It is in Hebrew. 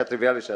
אמרנו.